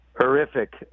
horrific